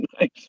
nice